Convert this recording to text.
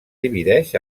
divideix